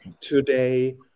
today